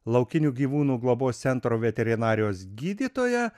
laukinių gyvūnų globos centro veterinarijos gydytoją